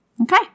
Okay